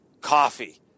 coffee